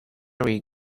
mary